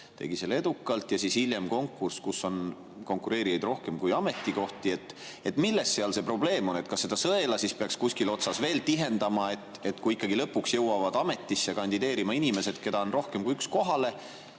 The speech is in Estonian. tegi selle edukalt, ja siis hiljem konkursi, kus on konkureerijaid rohkem kui ametikohti. Milles seal probleem on? Kas seda sõela siis peaks kuskilt otsast veel tihendama, et kui ikkagi lõpuks jõuavad ametisse kandideerima inimesed, keda on rohkem kui üks kohale,